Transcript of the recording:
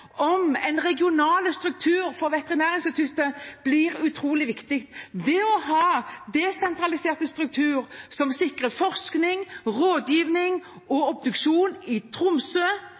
om en regional struktur for Veterinærinstituttet blir utrolig viktig. Det å ha en desentralisert struktur som sikrer forskning, rådgivning og obduksjon i Tromsø